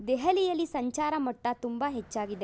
ದೆಹಲಿಯಲ್ಲಿ ಸಂಚಾರ ಮಟ್ಟ ತುಂಬ ಹೆಚ್ಚಾಗಿದೆ